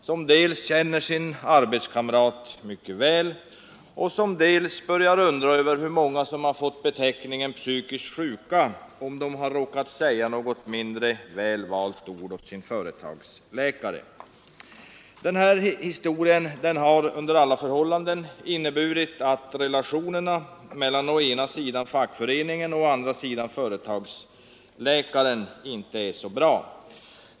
som dels känner sin arbetskamrat väl, dels började undra över hur många som har fått beteckningen psykiskt sjuka om de har råkat säga något mindre väl valt ord åt sin företagsläkare. Den här historien har under alla förhållanden inneburit att relationerna mellan å ena sidan fackföreningen och å andra sidan företagsläkaren inte är så bra.